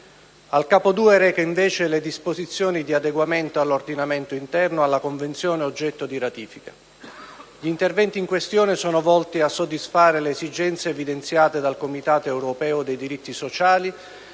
Al Capo II reca invece le disposizioni di adeguamento dell'ordinamento interno alla Convenzione oggetto di ratifica. Gli interventi in questione sono volti a soddisfare le esigenze evidenziate dal Comitato europeo dei diritti sociali